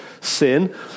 sin